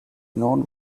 known